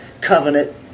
covenant